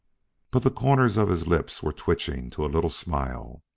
but the corners of his lips were twitching to a little smile.